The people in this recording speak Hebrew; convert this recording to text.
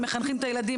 הם מחנכים את הילדים,